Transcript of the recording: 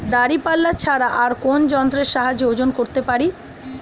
দাঁড়িপাল্লা ছাড়া আর কোন যন্ত্রের সাহায্যে ওজন করতে পারি?